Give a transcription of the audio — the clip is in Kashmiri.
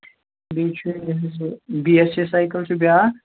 بیٚیہِ چھُ یہِ حظ بی ایس ایس سایکٕل چھُ بیٛاکھ